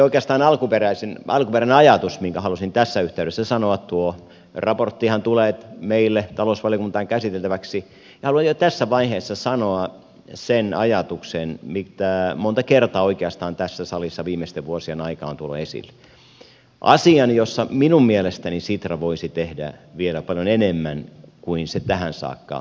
oikeastaan se alkuperäinen ajatus minkä halusin tässä yhteydessä sanoa tuo raporttihan tulee meille talousvaliokuntaan käsiteltäväksi haluan jo tässä vaiheessa sanoa sen ajatuksen mitä monta kertaa oikeastaan tässä salissa viimeisten vuosien aikaan olen tuonut esille asian jossa minun mielestäni sitra voisi tehdä vielä paljon enemmän kuin se tähän saakka on tehnyt